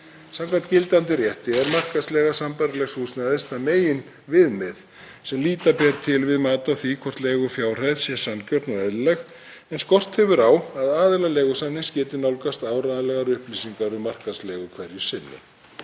Samkvæmt gildandi rétti er markaðsleiga sambærilegs húsnæðis það meginviðmið sem líta ber til við mat á því hvort leigufjárhæð sé sanngjörn og eðlileg en skort hefur á að aðilar leigusamnings geti nálgast áreiðanlegar upplýsingar um markaðsleigu hverju sinni.